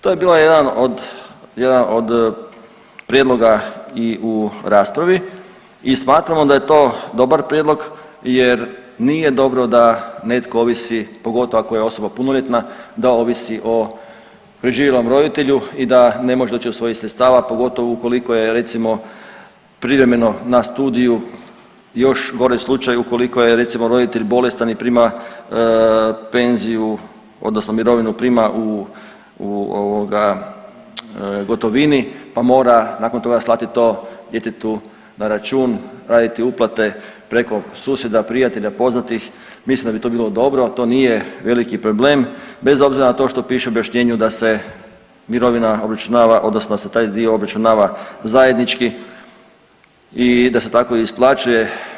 To je bio jedan od, jedan od prijedloga i u raspravi i smatramo da je to dobar prijedlog jer nije dobro da netko ovisi, pogotovo ako je osoba punoljetna, da ovisi o preživjelom roditelju i da ne može doći do svojih sredstava, pogotovo ukoliko je, recimo, privremeno na studiju, još gore slučaj ukoliko je recimo, roditelj, bolestan i prima penziju, odnosno mirovinu prima u ovoga, gotovini pa mora nakon toga slati to djetetu na računa, raditi uplate preko susjeda, prijatelja, poznatih, mislim da bi to bilo dobro, to nije veliki problem, bez obzira na to što piše u objašnjenju da se mirovina obračunava, odnosno da se taj dio obračunava zajednički i da se tako i isplaćuje.